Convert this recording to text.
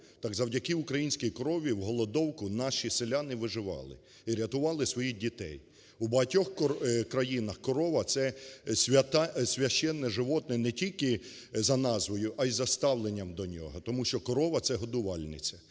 так завдяки українській корові в голодовку наші селяни виживали і рятували своїх дітей. У багатьох країнах корова – це священне животне не тільки за назвою, а й за ставленням до нього, тому що корова – це годувальниця.